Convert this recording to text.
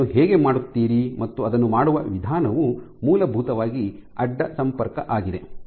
ನೀವು ಅದನ್ನು ಹೇಗೆ ಮಾಡುತ್ತೀರಿ ಮತ್ತು ಅದನ್ನು ಮಾಡುವ ವಿಧಾನವು ಮೂಲಭೂತವಾಗಿ ಅಡ್ಡ ಸಂಪರ್ಕ ಆಗಿದೆ